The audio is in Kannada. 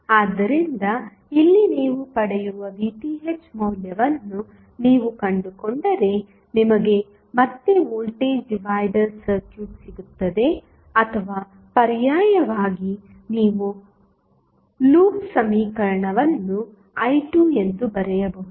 ಆದ್ದರಿಂದ ಇಲ್ಲಿ ನೀವು ಪಡೆಯುವ VTh ಮೌಲ್ಯವನ್ನು ನೀವು ಕಂಡುಕೊಂಡರೆ ನಿಮಗೆ ಮತ್ತೆ ವೋಲ್ಟೇಜ್ ಡಿವೈಡರ್ ಸರ್ಕ್ಯೂಟ್ ಸಿಗುತ್ತದೆ ಅಥವಾ ಪರ್ಯಾಯವಾಗಿ ನೀವು ಲೂಪ್ ಸಮೀಕರಣವನ್ನು i2 ಎಂದು ಬರೆಯಬಹುದು